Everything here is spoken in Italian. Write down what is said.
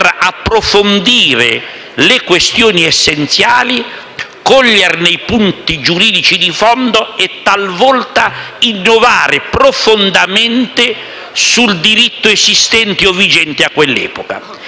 approfondire le questioni essenziali, coglierne i punti giuridici di fondo e talvolta innovare profondamente sul diritto esistente o vigente a quell'epoca.